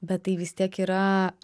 bet tai vis tiek yra